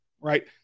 right